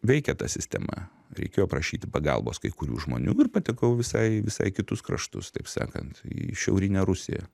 veikia ta sistema reikėjo prašyti pagalbos kai kurių žmonių ir patekau visai visai į kitus kraštus taip sakant į šiaurinę rusiją